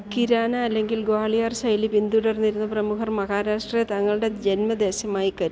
കിരാന അല്ലെങ്കിൽ ഗ്വാളിയാർ ശൈലി പിന്തുടര്ന്നിരുന്ന പ്രമുഖർ മഹാരാഷ്ട്രയെ തങ്ങളുടെ ജന്മദേശമായി കരുതി